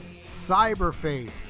Cyberface